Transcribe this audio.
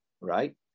right